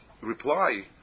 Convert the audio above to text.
reply